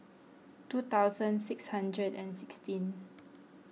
two thousand six hundred and sixteen